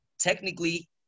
technically